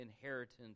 inheritance